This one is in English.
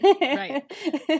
Right